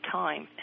time